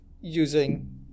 using